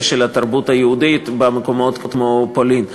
של התרבות היהודית במקומות כמו פולין.